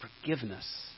forgiveness